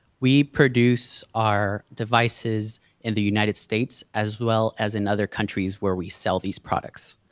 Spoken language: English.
we produce our devices in the united states, as well as in other countries where we sell these products.